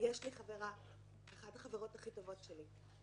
יש לי חברה, אחת החברות הכי טובות שלי,